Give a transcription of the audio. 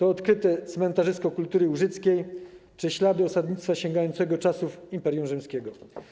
Odkryto cmentarzysko kultury łużyckiej czy ślady osadnictwa sięgającego czasów Imperium Rzymskiego.